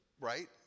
right